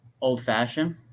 old-fashioned